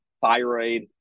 thyroid